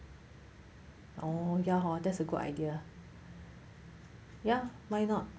oh ya hor that's a good idea ya ya why not